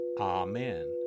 Amen